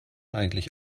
eigentlich